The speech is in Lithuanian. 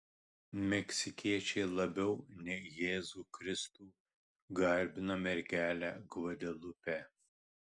meksikiečiai labiau nei jėzų kristų garbina mergelę gvadelupę